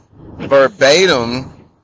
verbatim